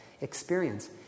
experience